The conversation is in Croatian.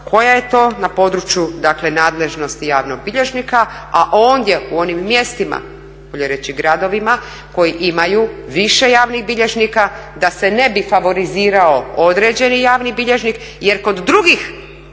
sudova … na području dakle nadležnosti javnog bilježnika. A u onim mjestima, bolje reći gradovima, koji imaju više javnih bilježnika da se ne bi favorizirao određeni javni bilježnik jer kod drugih dodjela